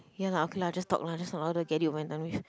ya lah okay lah just talk lah just talk louder get it over and done with